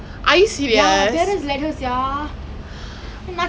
but I didn't want to go the cylon [one] cause got the three sixty